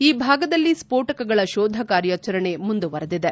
ಈ ಭಾಗದಲ್ಲಿ ಸ್ಫೋಟಕಗಳ ಶೋಧಕಾರ್ಯಾಚರಣೆ ಮುಂದುವರೆದಿದೆ